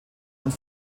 und